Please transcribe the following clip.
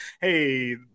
hey